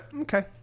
Okay